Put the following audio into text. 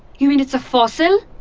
you mean it's a fossil?